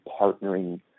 partnering